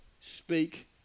speak